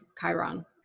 Chiron